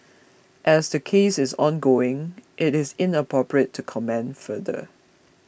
as the case is ongoing it is inappropriate to comment further